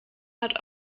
hat